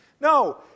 No